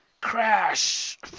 crash